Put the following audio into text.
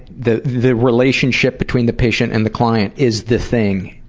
the the relationship between the patient and the client is the thing,